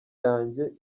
yanjye